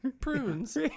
prunes